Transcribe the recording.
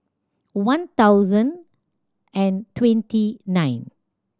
one thousand and twenty nine